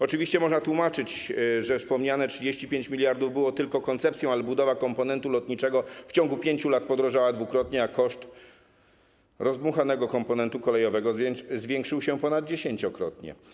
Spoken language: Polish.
Oczywiście można tłumaczyć, że wspomniane 35 mld było tylko koncepcją, ale budowa komponentu lotniczego w ciągu 5 lat podrożała dwukrotnie, a koszt rozdmuchanego komponentu kolejowego zwiększył się ponad dziesięciokrotnie.